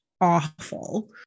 awful